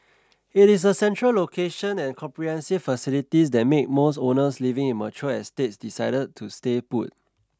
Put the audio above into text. it is the central location and comprehensive facilities that make most owners living in mature estates decide to stay put